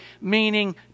meaning